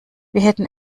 hätten